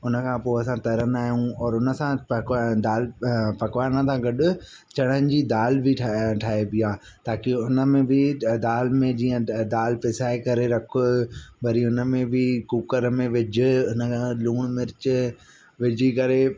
उन खां पोइ असां तरंदा आहियूं और उन सां पकवान दाल पकवान सां गॾु चणनि जी दाल बि ठाहे बि आहे ताकि हुन में बि दाल में जीअं पिसाए करे रखु वरी उन में बि कूकर में विझु उन में मथां लूणु मिर्चु विझी करे